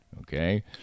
okay